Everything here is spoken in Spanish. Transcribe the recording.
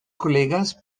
colegas